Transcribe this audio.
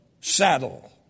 saddle